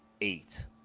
eight